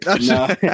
No